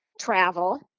travel